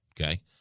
Okay